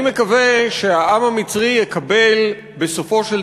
אני מקווה שהעם המצרי יקבל בסופו של